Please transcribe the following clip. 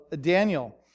Daniel